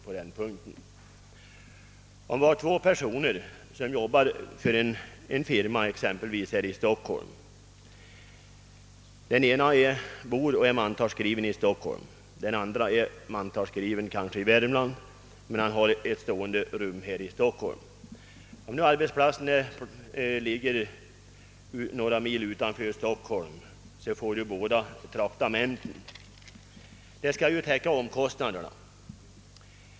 Vi tänker oss två personer som arbetar för en firma här i staden. Den ene bor och är mantalskriven i Stockholm, Den andre är man talsskriven i Värmland men hyr ett rum här. Arbetsplatsen ligger några mil utanför Stockholm. Då får båda traktamenten, vilka skall täcka omkostnaderna.